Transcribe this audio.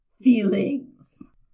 feelings